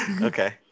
Okay